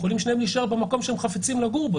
הם יכולים שניהם להישאר במקום שהם חפצים לגור בו,